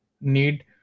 need